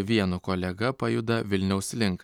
vienu kolega pajuda vilniaus link